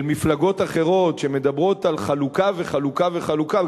מפלגות אחרות שמדברות על חלוקה וחלוקה וחלוקה,